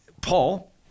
Paul